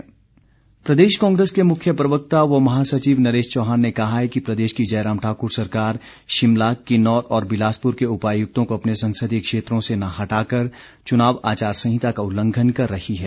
नरेश चौहान प्रदेश कांग्रेस के मुख्य प्रवक्ता व महासचिव नरेश चौहान ने कहा है कि प्रदेश की जयराम ठाकुर सरकार शिमला किन्नौर और बिलासपुर के उपायुक्तों को अपने संसदीय क्षेत्रों से न हटा कर चुनाव आचार संहिता का उल्लंघन कर रही है